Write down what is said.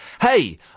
Hey